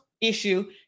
issue